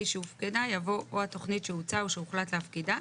"שהופקדה" יבוא "או התוכנית שהוצעה או שהוחלט להפקידה,